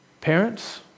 Parents